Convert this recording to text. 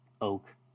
Oak